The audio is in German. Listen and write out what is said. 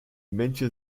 männchen